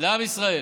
לעם ישראל.